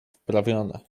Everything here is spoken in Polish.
wprawione